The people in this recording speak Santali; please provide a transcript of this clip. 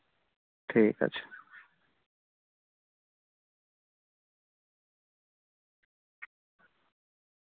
ᱴᱷᱤᱠ ᱟᱪᱷᱮ